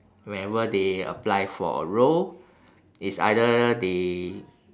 whenever they apply for a role it's either they